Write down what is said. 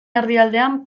erdialdean